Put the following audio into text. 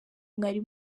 mwari